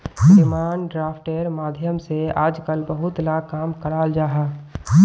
demand ड्राफ्टेर माध्यम से आजकल बहुत ला काम कराल जाहा